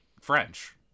French